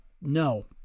no